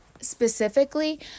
specifically